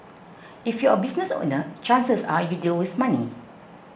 if you're a business owner chances are you deal with money